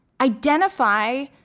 identify